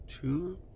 two